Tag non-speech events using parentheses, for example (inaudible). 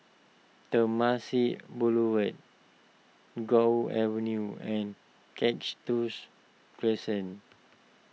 Temasek Boulevard Guok Avenue and Catch (unintelligible) Crescent